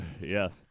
Yes